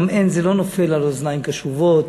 זה גם לא נופל על אוזניים קשובות.